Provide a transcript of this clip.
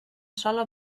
sola